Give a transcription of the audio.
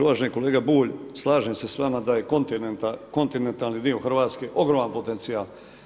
Uvaženi kolega Bulj, slažem se s vama da je kontinentalni dio Hrvatske ogroman potencijal.